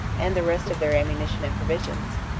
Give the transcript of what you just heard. and the rest of their ammunition and provisions,